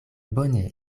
bone